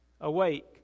awake